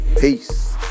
Peace